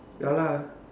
ya lah